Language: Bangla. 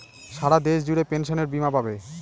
সারা দেশ জুড়ে পেনসনের বীমা পাবে